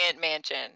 mansion